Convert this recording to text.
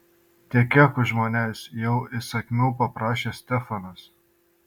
tekėk už manęs jau įsakmiau paprašė stefanas